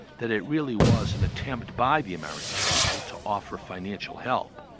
that it really was an attempt by the american people to offer financial help,